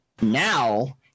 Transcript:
now